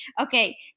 Okay